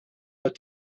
what